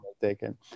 taken